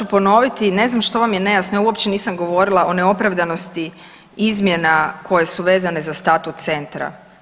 Morat ću ponoviti, ne znam što vam je nejasno, ja uopće nisam govorila o neopravdanosti izmjena koje su vezane za statut centra.